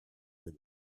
with